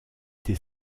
des